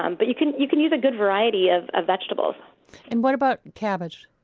um but you can you can use a good variety of vegetables and what about cabbage?